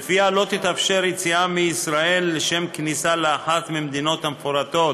שלפיה לא תתאפשר יציאה מישראל לשם כניסה לאחת מהמדינות המפורטות